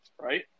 right